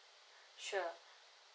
sure